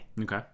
Okay